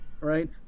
right